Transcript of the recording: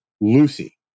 Lucy